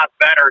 better